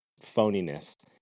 phoniness